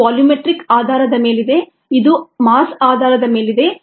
ಇದು ವಾಲ್ಯೂಮೆಟ್ರಿಕ್ ಆಧಾರದ ಮೇಲಿದೆ ಇದು ಮಾಸ್ ಆಧಾರದ ಮೇಲಿದೆ